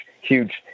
huge